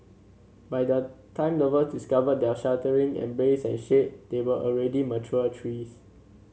by the time lover discovered their sheltering embrace and shade they were already mature trees